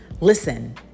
Listen